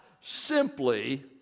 simply